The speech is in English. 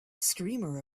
streamer